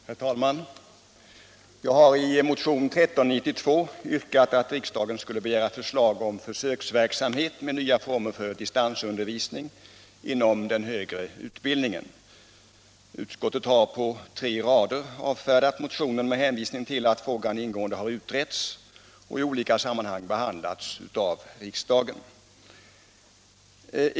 Herr talman! Jag har i motion 1392 yrkat att riksdagen skulle begära förslag om försöksverksamhet med nya former för distansundervisning inom den högre utbildningen. Utskottet har på tre rader avfärdat motionen med hänvisning till att frågan ingående har utretts och i olika sammanhang behandlats av riksdagen.